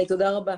תודה רבה.